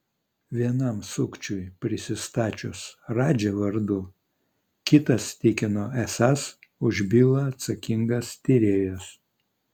vienam sukčiui prisistačius radži vardu kitas tikino esąs už bylą atsakingas tyrėjas